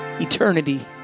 eternity